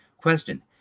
Question